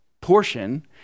portion